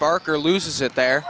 barker loses it there